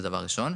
זה דבר ראשון.